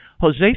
Jose